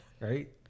Right